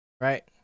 Right